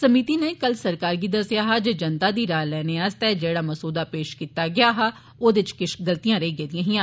समिति नै कल सरकार गी दस्सेआ हा जे जनता दी राय लैने आस्तै जेड़ा मसौदा पेश कीता गेआ हा औदे च किश गलतियां रेई गेदियां हियां